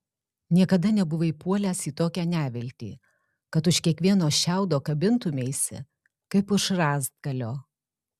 niekada nebuvai puolęs į tokią neviltį kad už kiekvieno šiaudo kabintumeisi kaip už rąstgalio